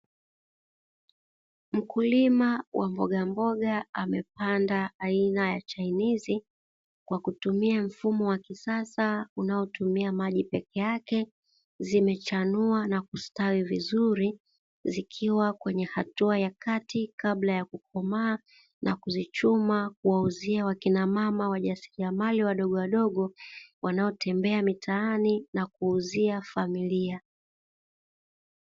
Mkulima wa mbogamboga amepanda aina ya chainizi kwa kutumia mfumo wa kisasa unaotumia maji peke yake, zimechanua na kustawi vizuri zikiwa kwenye hatua ya kati kabla ya kukomaa na kuzichuma kuwauzia wakina mama wajasiriamali wadogowadogo, wanaotembea mitaani na kuuzia familia.